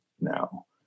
now